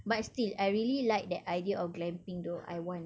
but still I really like that idea of glamping though I want